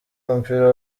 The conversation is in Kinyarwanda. w’umupira